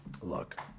Look